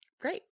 great